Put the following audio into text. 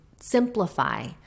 simplify